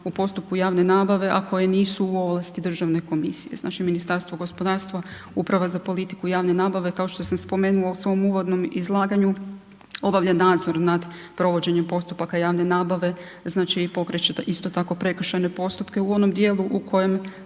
u postupku javne nabave a koje nisu u ovlasti državne komisije, znači Ministarstvo gospodarstva, uprava za politiku i javne nabave kao što sam spomenula u svom uvodnom izlaganju, obavlja nadzor nad provođenjem postupaka javne nabave znači i pokreće isto tako prekršajne postupke u onom dijelu u kojem